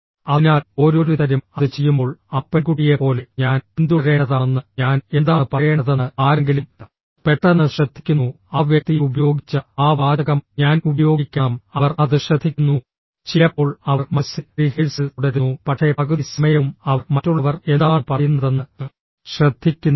അതിനാൽ ഓരോരുത്തരും അത് ചെയ്യുമ്പോൾ ആ പെൺകുട്ടിയെപ്പോലെ ഞാൻ പിന്തുടരേണ്ടതാണെന്ന് ഞാൻ എന്താണ് പറയേണ്ടതെന്ന് ആരെങ്കിലും പെട്ടെന്ന് ശ്രദ്ധിക്കുന്നു ആ വ്യക്തി ഉപയോഗിച്ച ആ വാചകം ഞാൻ ഉപയോഗിക്കണം അവർ അത് ശ്രദ്ധിക്കുന്നു ചിലപ്പോൾ അവർ മനസ്സിൽ റിഹേഴ്സൽ തുടരുന്നു പക്ഷേ പകുതി സമയവും അവർ മറ്റുള്ളവർ എന്താണ് പറയുന്നതെന്ന് ശ്രദ്ധിക്കുന്നില്ല